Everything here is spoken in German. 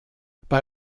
bei